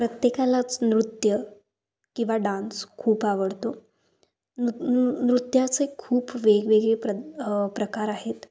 प्रत्येकालाच नृत्य किंवा डान्स खूप आवडतो नु नु नृत्याचे खूप वेगवेगळे प्र प्रकार आहेत